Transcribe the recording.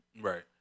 Right